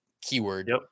keyword